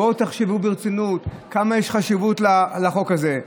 בואו תחשבו ברצינות כמה חשיבות יש לחוק הזה,